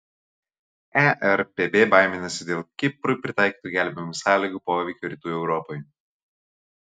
erpb baiminasi dėl kiprui pritaikytų gelbėjimo sąlygų poveikio rytų europai